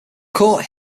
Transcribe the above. court